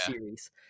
series